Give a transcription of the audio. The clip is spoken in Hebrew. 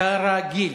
כרגיל.